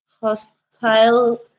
hostile